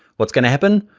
what's gonna happen?